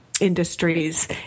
industries